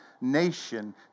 nation